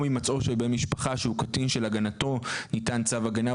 הימצאו של בן משפחה שהוא קטין שלהגנתו ניתן צו הגנה,